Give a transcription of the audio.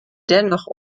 dennoch